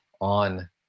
on